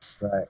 Right